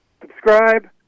subscribe